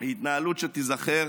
היא התנהלות שתיזכר